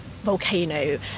volcano